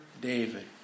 David